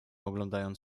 oglądając